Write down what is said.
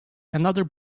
another